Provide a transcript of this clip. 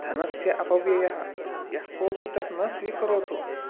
धनस्य अपव्ययः यः कोऽपि तत् न स्वीकरोतु